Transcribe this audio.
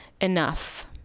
enough